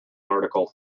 article